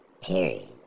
period